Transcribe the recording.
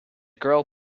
girl